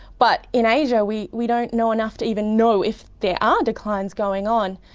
but in asia we we don't know enough to even know if there are declines going on.